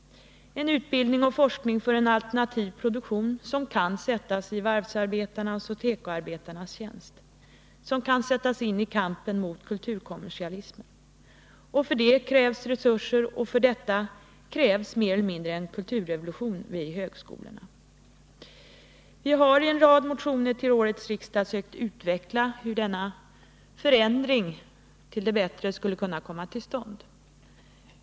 Det måste vara en utbildning och en forskning för en alternativ produktion, som kan sättas in i varvsarbetarnas och tekoarbetarnas tjänst liksom den måste kunna sättas in i kampen mot kulturkommersialismen. För detta krävs resurser och mer eller mindre en kulturrevolution vid högskolorna. Vi har i en rad motioner till årets riksdag sökt utveckla hur en förbättring och förändring skulle kunna komma till stånd.